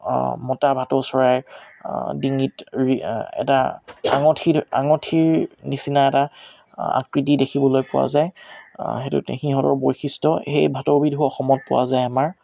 মতা ভাটৌ চৰাই ডিঙিত ৰি এটা আঙুঠিৰ আণ্ঠিগুৰ নিচিনা এটা আকৃতি দেখিবলৈ পোৱা যায় সেইটো সিহঁতৰ বৈশিষ্ট্য় সেই ভাটৌবিধো অসমত পোৱা যায় আমাৰ